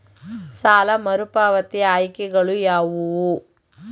ಸಾಲ ಮರುಪಾವತಿ ಆಯ್ಕೆಗಳು ಯಾವುವು?